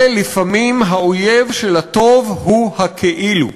בעניינים האלה, לפעמים האויב של הטוב הוא הכאילו.